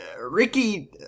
Ricky